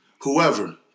whoever